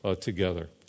together